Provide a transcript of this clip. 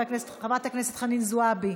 חברת הכנסת חנין זועבי,